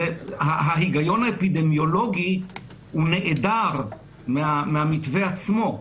ההיגיון האפידמיולוגי הוא נעדר מהמתווה עצמו.